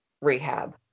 rehab